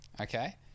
okay